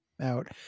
out